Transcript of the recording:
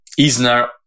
Isner